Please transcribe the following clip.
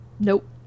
Nope